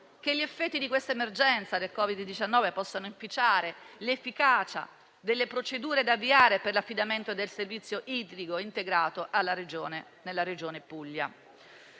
che gli effetti dell'emergenza del COVID-19 possano inficiare l'efficacia delle procedure da avviare per l'affidamento del servizio idrico integrato nella regione Puglia,